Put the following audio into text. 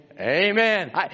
Amen